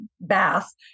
bath